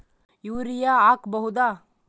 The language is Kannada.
ಯೂರಿಯ ಹಾಕ್ ಬಹುದ?